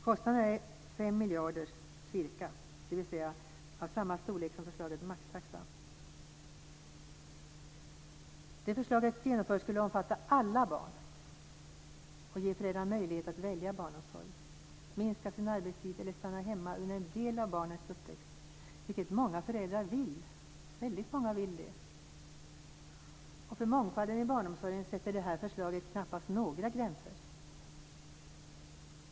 Kostnaden är ca 5 miljarder, dvs. av samma storlek som förslaget om maxtaxa. Detta förslag skulle genomfört omfatta alla barn och ge föräldrarna möjlighet att välja barnomsorg, minska sin arbetstid eller stanna hemma under en del av barnens uppväxt, vilket väldigt många föräldrar vill. För mångfalden i barnomsorgen sätter det här förslaget knappast några gränser.